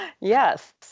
Yes